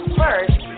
first